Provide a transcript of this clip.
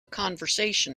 conversation